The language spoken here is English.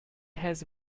has